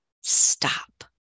stop